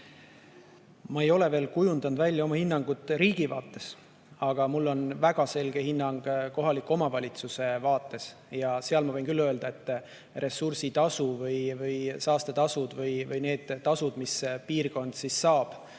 Ma ei ole veel kujundanud välja oma hinnangut riigi vaates, aga mul on väga selge hinnang kohaliku omavalitsuse vaates. Sellest [vaatepunktist] võin ma küll öelda, et ressursitasu või saastetasu või need tasud, mis piirkond saab